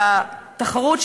והתחרות,